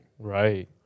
Right